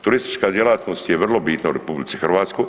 Turistička djelatnost je vrlo bitna u RH.